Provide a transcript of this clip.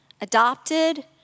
adopted